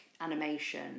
animation